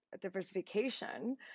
diversification